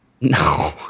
No